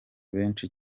benshi